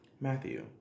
Matthew